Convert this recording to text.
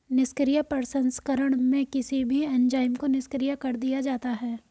निष्क्रिय प्रसंस्करण में किसी भी एंजाइम को निष्क्रिय कर दिया जाता है